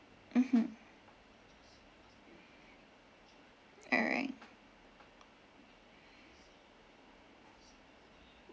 mmhmm all right